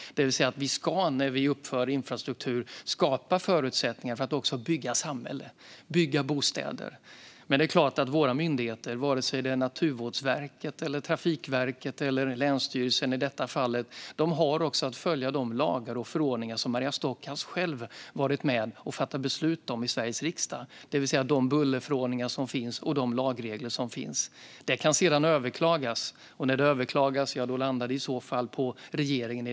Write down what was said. Det innebär att vi ska skapa förutsättningar för att bygga samhälle och bostäder när vi uppför infrastruktur. Men våra myndigheter, oavsett om det gäller Naturvårdverket, Trafikverket eller, som i detta fall, länsstyrelsen, har också att följa de lagar och förordningar som Maria Stockhaus själv har varit med och fattat beslut om i Sveriges riksdag. Det handlar om de bullerförordningar och andra lagar och regler som finns. Dessa kan sedan överklagas, och när något överklagas landar det hos regeringen.